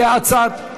כהצעת הוועדה.